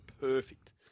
Perfect